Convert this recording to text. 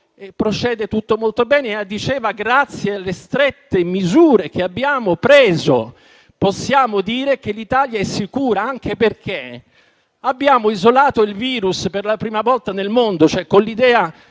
procede tutto molto bene; grazie alle strette misure che abbiamo preso, possiamo dire che l'Italia è sicura, anche perché abbiamo isolato il virus per la prima volta nel mondo. Si trasmetteva